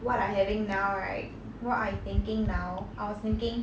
what I having now right what I thinking now I was thinking